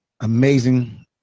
amazing